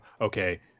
okay